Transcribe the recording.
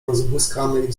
rozbłyskanej